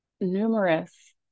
numerous